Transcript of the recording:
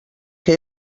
que